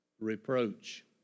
reproach